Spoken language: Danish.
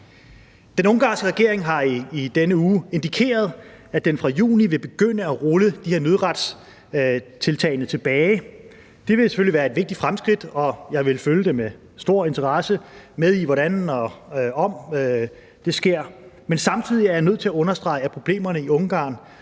Den ungarske regering har i denne uge indikeret, at den fra juni vil begynde at rulle nødretstiltagene tilbage. Det vil selvfølgelig være et vigtigt fremskridt, og jeg vil med stor interesse følge med i, om og hvordan det sker. Men samtidig er jeg nødt til at understrege, at problemerne i Ungarn